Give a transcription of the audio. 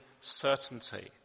certainty